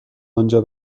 آنجا